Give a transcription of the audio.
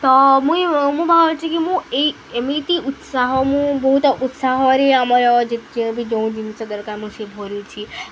ତ ମୁଇଁ ମୁଁ ଅଛିି କି ମୁଁ ଏଇ ଏମିତି ଉତ୍ସାହ ମୁଁ ବହୁତ ଉତ୍ସାହରେ ଆମର ଯେ ବି ଯେଉଁ ଜିନିଷ ଦରକାର ମୁଁ ସେ ଭରିଛି